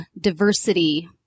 diversity